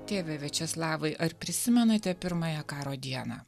tėve viačeslavai ar prisimenate pirmąją karo dieną